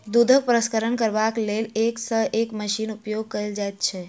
दूधक प्रसंस्करण करबाक लेल एक सॅ एक मशीनक उपयोग कयल जाइत छै